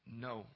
No